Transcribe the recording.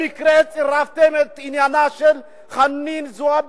במקרה צירפתם את עניינה של חנין זועבי,